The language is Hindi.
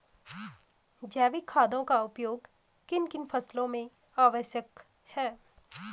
जैविक खादों का उपयोग किन किन फसलों में आवश्यक है?